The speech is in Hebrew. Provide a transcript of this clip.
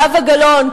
זהבה גלאון,